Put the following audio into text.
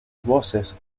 voces